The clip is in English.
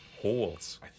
holes